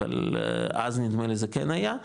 אבל אז נדמה לי זה כן היה,